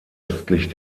östlich